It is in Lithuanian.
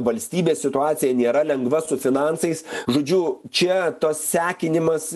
valstybės situacija nėra lengva su finansais žodžiu čia tas sekinimas